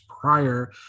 prior